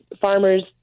farmers